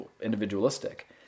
individualistic